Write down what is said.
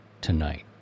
tonight